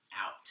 out